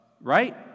Right